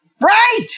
Right